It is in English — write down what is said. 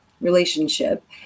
relationship